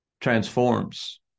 transforms